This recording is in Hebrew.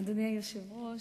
אדוני היושב-ראש,